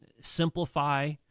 simplify